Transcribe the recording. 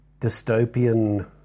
dystopian